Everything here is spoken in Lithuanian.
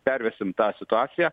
pervesim tą situaciją